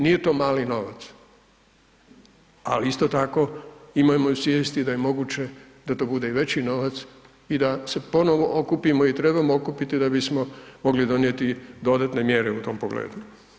Nije to mali novac, ali isto tako imajmo u svijesti da je moguće da to bude i veći novac i da se ponovno okupimo i trebamo okupiti da bismo mogli donijeti dodatne mjere u tom pogledu.